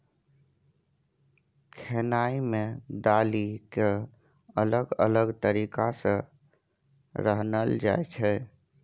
खेनाइ मे दालि केँ अलग अलग तरीका सँ रान्हल जाइ छै